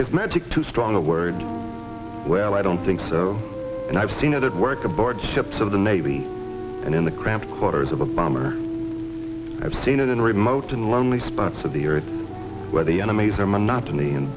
is magic too strong a word well i don't think so and i've seen it at work aboard ships of the navy and in the cramped quarters of a bomber i've seen it in remote and lonely spots of the earth where the enemies are monotony and